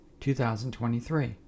2023